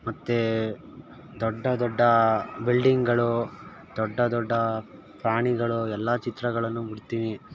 ಮತ್ತೆ ದೊಡ್ಡ ದೊಡ್ಡ ಬಿಲ್ಡಿಂಗ್ಗಳು ದೊಡ್ಡ ದೊಡ್ಡ ಪ್ರಾಣಿಗಳು ಎಲ್ಲ ಚಿತ್ರಗಳನ್ನು ಬಿಡ್ತೀನಿ